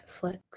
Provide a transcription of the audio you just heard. Netflix